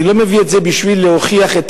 אני לא מביא את זה בשביל להוכיח את